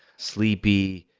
sleepy,